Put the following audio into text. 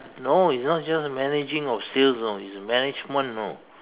no it's not just managing of sales you know it's management know